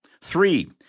Three